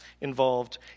involved